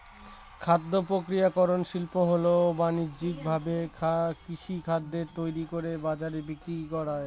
খাদ্য প্রক্রিয়াকরন শিল্প হল বানিজ্যিকভাবে কৃষিখাদ্যকে তৈরি করে বাজারে বিক্রি করা